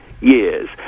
years